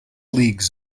leagues